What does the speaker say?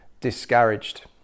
discouraged